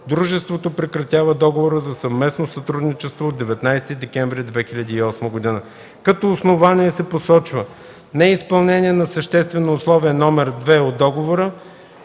дружеството прекратява договора за съвместно сътрудничество от 19 декември 2008 г. Като основание се посочва неизпълнение на Съществено условие № 2 от договора